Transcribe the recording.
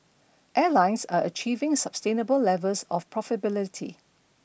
airlines are achieving sustainable levels of profitability